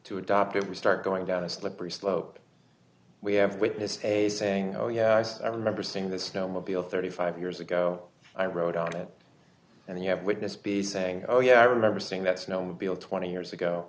to adopt it we start going down a slippery slope we have witnessed a saying oh yeah i remember seeing this snow maybe a thirty five years ago i rode on it and you have witness be saying oh yeah i remember seeing that snowmobile twenty years ago